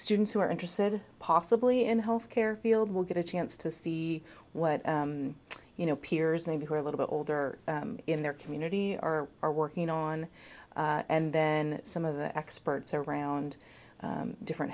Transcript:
students who are interested possibly in health care field will get a chance to see what you know peers maybe who are a little bit older in their community or are working on and then some of the experts around different